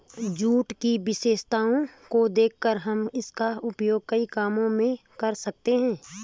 jute की विशेषताओं को देखकर हम इसका उपयोग कई कामों में कर सकते हैं